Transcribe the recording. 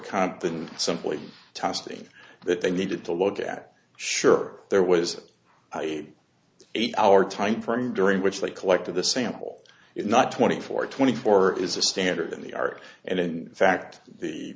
than simply testing that they needed to look at sure there was a eight hour time from during which they collected the sample not twenty four twenty four is a standard in the art and in fact the